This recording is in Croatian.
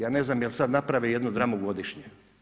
Ja ne znam jel sad naprave jednu dramu godišnje.